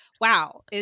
Wow